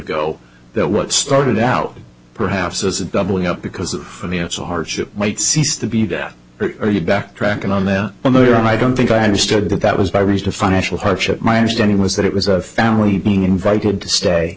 ago that what started out perhaps as a doubling up because of financial hardship might cease to be that are you backtracking on them on their own i don't think i understood that that was by reason of financial hardship my understanding was that it was a family being invited to stay